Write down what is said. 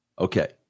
Okay